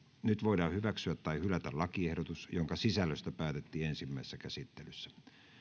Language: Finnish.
nyt voidaan hyväksyä tai hylätä lakiehdotus jonka sisällöstä päätettiin ensimmäisessä käsittelyssä